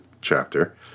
chapter